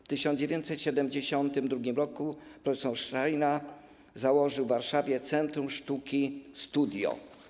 W 1972 r. prof. Szajna założył w Warszawie Centrum Sztuki ˝Studio˝